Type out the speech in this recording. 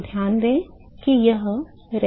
तो ध्यान दें कि यह रैखिक नहीं है